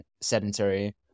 sedentary